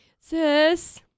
Sis